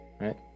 Right